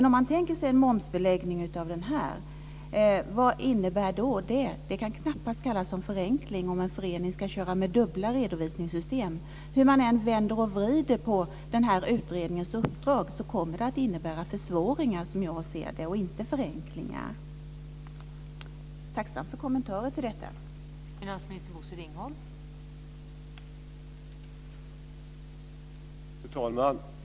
Om man tänker sig en momsbeläggning där, vad innebär då det? Det kan ju knappast kallas för en förenkling om en förening ska köra med dubbla redovisningssystem. Hur man än vrider och vänder på den här utredningens uppdrag kommer det här, som jag ser det, att innebära försvåringar, inte förenklingar. Jag skulle vara tacksam för en kommentar i detta avseende.